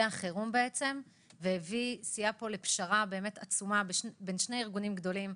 החירום וסייע לפשרה עצומה בין שני ארגונים גדולים,